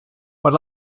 but